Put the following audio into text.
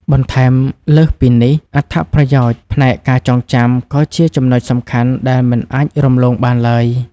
បន្ថែមលើសពីនេះ អត្ថប្រយោជន៍ផ្នែកការចងចាំ ក៏ជាចំណុចសំខាន់ដែលមិនអាចរំលងបានឡើយ